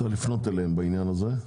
צריך לפות אליהם בעניין הזה.